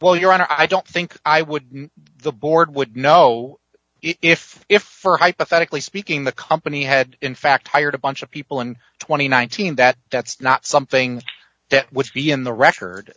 well your honor i don't think i would the board would know if if for hypothetically speaking the company had in fact hired a bunch of people and twenty one thousand that that's not something that would be in the record